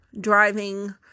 driving